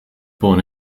born